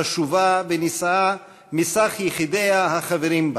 חשובה ונישאה מסך יחידיה החברים בה,